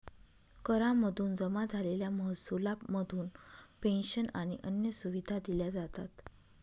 करा मधून जमा झालेल्या महसुला मधून पेंशन आणि अन्य सुविधा दिल्या जातात